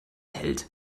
hält